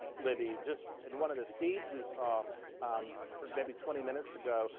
libby, just in one of the feeds we saw um for maybe twenty minutes ago,